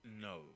No